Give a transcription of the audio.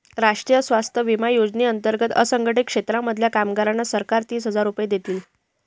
राष्ट्रीय स्वास्थ्य विमा योजने अंतर्गत असंघटित क्षेत्रांमधल्या कामगारांना सरकार तीस हजार रुपये देईल